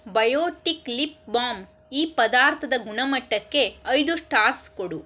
biotic lip balm ಈ ಪದಾರ್ಥದ ಗುಣಮಟ್ಟಕ್ಕೆ ಐದು ಸ್ಟಾರ್ಸ್ ಕೊಡು